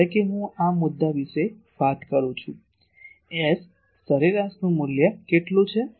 ધારો કે હું આ મુદ્દા વિશે વાત કરું છું S સરેરાશનું મૂલ્ય કેટલું છે